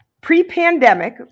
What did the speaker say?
pre-pandemic